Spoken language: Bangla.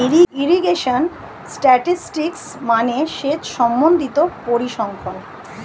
ইরিগেশন স্ট্যাটিসটিক্স মানে সেচ সম্বন্ধিত পরিসংখ্যান